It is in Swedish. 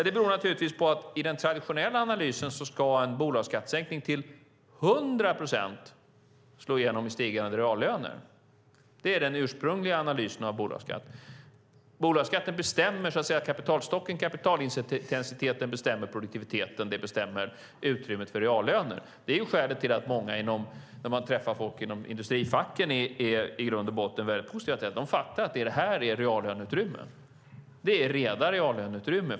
Det beror på att i den traditionella analysen ska en bolagsskattesänkning till 100 procent slå igenom i stigande reallöner. Det är den ursprungliga analysen av bolagsskatt. Bolagsskatten bestämmer så att säga kapitalstocken, kapitalintensiteten bestämmer produktiviteten och det bestämmer utrymmet för reallöner. Det är skälet till att när man träffar människor inom industrifacken är många i grunden väldigt positiva. De fattar att det ger reallöneutrymme. Det är reallöneutrymme.